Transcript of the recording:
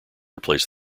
replace